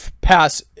pass